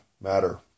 matter